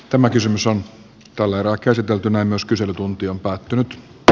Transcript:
tämä kysymys on tallella käsiteltynä myös kyselytunti on päätynyt r